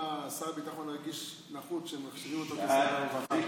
למה שר הביטחון הרגיש נחות שמחשיבים אותו כשר הרווחה?